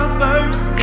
first